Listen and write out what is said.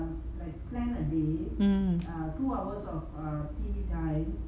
mm